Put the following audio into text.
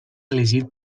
elegit